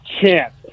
chance